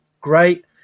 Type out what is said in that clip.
great